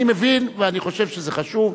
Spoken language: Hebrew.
אני מבין ואני חושב שזה חשוב,